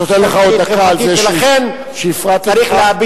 אני נותן לך עוד דקה על זה שהפרעתי לך.